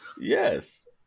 Yes